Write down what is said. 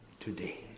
today